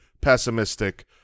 pessimistic